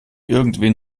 irgendwen